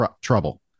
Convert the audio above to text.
trouble